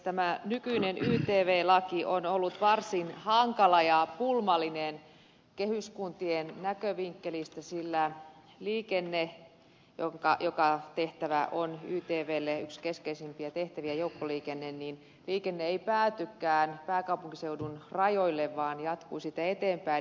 tämä nykyinen ytv laki on ollut varsin hankala ja pulmallinen kehyskuntien näkövinkkelistä sillä joukkoliikenne jonka hoito on ytvlle yksi keskeisimpiä tehtäviä ei päätykään pääkaupunkiseudun rajoille vaan jatkuu siitä eteenpäin